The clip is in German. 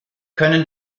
können